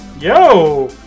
yo